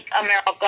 America